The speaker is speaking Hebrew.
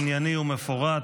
ענייני ומפורט.